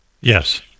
Yes